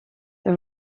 the